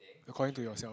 according to yourself